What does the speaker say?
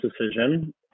decision